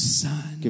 son